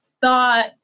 thought